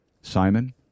Simon